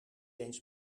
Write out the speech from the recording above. eens